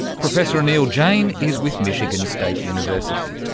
professor anil jain is with michigan state university.